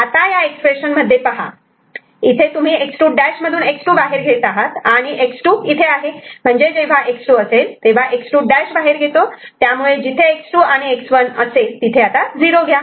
आता या एक्सप्रेशन मध्ये पहा इथे तुम्ही X2' मधून X2 बाहेर घेत आहात आणि X2 इथे आहे म्हणजे जेव्हा X2 असेल तेव्हा एक X2' बाहेर घेतो त्यामुळे जिथे X2 आणि X1 असेल तिथे 0 घ्या